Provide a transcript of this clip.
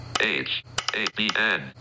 H-A-B-N